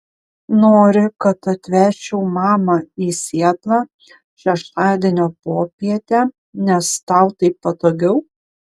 nori kad atvežčiau mamą į sietlą šeštadienio popietę nes tau taip patogiau